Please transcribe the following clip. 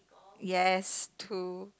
yes two